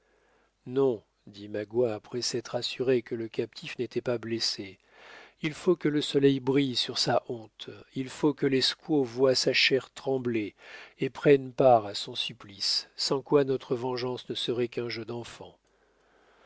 non dit magua après s'être assuré que le captif n'était pas blessé il faut que le soleil brille sur sa honte il faut que les squaws voient sa chair trembler et prennent part à son supplice sans quoi notre vengeance ne serait qu'un jeu d'enfant